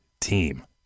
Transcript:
team